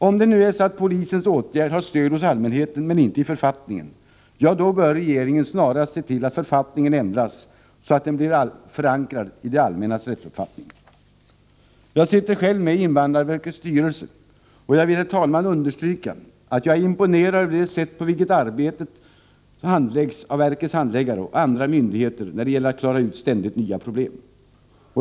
Om nu polisens åtgärd har stöd hos allmänheten men inte i författningen, ja, då bör regeringen snarast se till att författningen ändras så att den blir förankrad i den allmänna rättsuppfattningen. Jag sitter själv med i invandrarverkets styrelse, och jag vill, herr talman, understryka att jag är imponerad av det sätt på vilket verkets handläggare och andra myndigheter försöker klara ut ständigt nya problem.